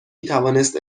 میتوانست